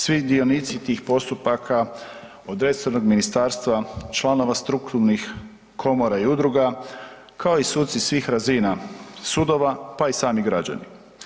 Svi dionici tih postupaka od resornog ministarstva, članova strukturnih komora i udruga kao i suci svih razina sudova, pa i sami građani.